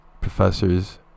professors